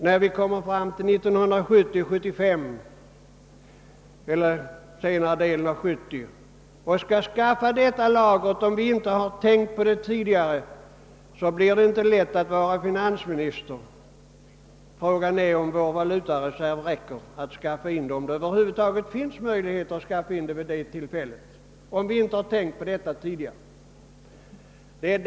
När vi kommer fram till senare delen av 1970 talet och skall skaffa dessa lager, om vi inte har tänkt på det tidigare, blir det inte lätt att vara finansminister — frågan är om vår valutareserv då räcker.